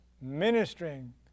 ministering